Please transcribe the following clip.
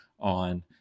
on